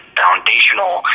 foundational